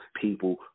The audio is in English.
People